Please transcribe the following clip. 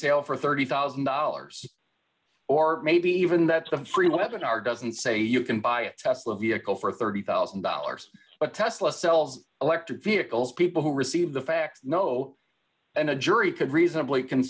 sale for thirty thousand dollars or maybe even that the for eleven are doesn't say you can buy a tesla vehicle for thirty thousand dollars but tesla sells electric vehicles people who receive the facts know and a jury could reasonably c